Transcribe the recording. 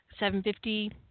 $750